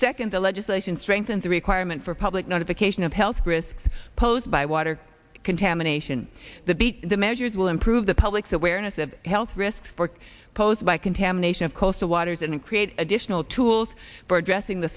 second the legislation strengthens the requirement for public notification of health risks posed by water contamination the beat the measures will improve the public's awareness of health risks for posed by contamination of coastal waters and create additional tools for addressing the